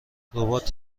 ربات